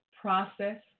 Process